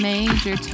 Major